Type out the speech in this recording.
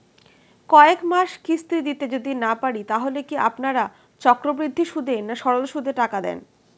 কয়েক মাস কিস্তি দিতে যদি না পারি তাহলে কি আপনারা চক্রবৃদ্ধি সুদে না সরল সুদে টাকা দেন?